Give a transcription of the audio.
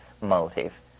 motive